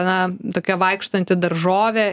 na tokia vaikštanti daržovė